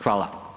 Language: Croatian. Hvala.